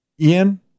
Ian